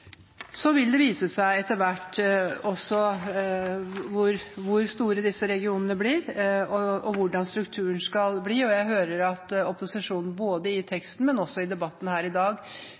Så vil det vise seg etter hvert hvor store disse regionene blir, og hvordan strukturen skal bli. Jeg hører at opposisjonen både i teksten og i debatten her i dag